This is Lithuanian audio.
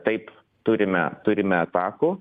taip turime turime atakų